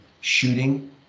shooting